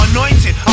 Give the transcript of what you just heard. Anointed